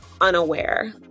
unaware